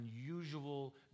unusual